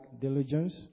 diligence